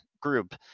group